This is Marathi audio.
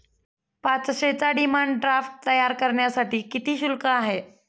पाचशेचा डिमांड ड्राफ्ट तयार करण्यासाठी किती शुल्क आहे?